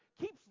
keeps